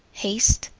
haste.